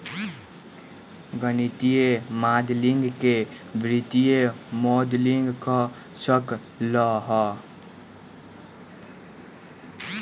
गणितीय माडलिंग के वित्तीय मॉडलिंग कह सक ल ह